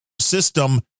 system